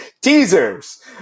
teasers